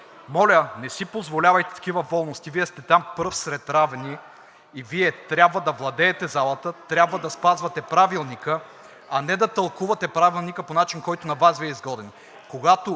моля, не си позволявайте такива волности – Вие сте там пръв сред равни и Вие трябва да владеете залата, трябва да спазвате Правилника, а не да го тълкувате по начин, по който на Вас Ви е изгоден. Когато